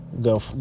Go